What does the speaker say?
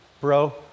bro